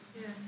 Yes